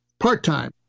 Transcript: Part-time